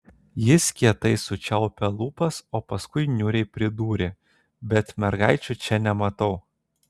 jis kietai sučiaupė lūpas o paskui niūriai pridūrė bet mergaičių čia nematau